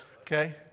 okay